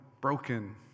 broken